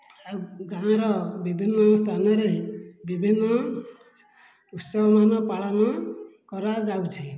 ଆଉ ଗାଁର ବିଭିନ ସ୍ଥାନରେ ବିଭିନ୍ନ ଉତ୍ସବ ମାନ ପାଳନ କରା ଯାଉଛି